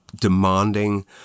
demanding